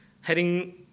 heading